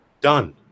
Done